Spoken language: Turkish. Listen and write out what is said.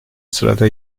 sırada